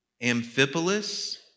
Amphipolis